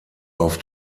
auf